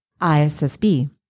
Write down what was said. ISSB